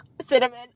cinnamon